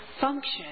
function